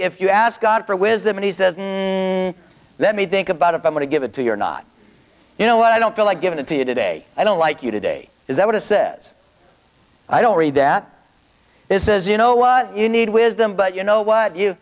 if you ask god for wisdom and he says let me think about it i'm going to give it to you're not you know i don't feel like giving it to you today i don't like you today is that what it says i don't read that this is you know what you need wisdom but you know what you